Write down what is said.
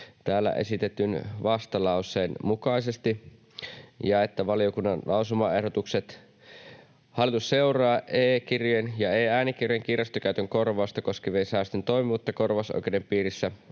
täällä esitetyn vastalauseen mukaisesti. Ja valiokunnan lausumaehdotukset: ”Hallitus seuraa e-kirjojen ja e-äänikirjojen kirjastokäytön korvausta koskevien säännösten toimivuutta korvausoikeuden piirissä